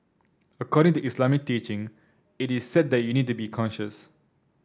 according to Islamic teaching it is said that you need to be conscious